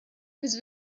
was